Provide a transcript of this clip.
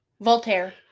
Voltaire